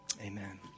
amen